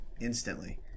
instantly